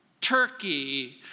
turkey